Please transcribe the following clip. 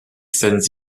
scènes